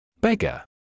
Beggar